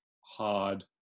hard